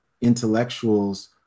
intellectuals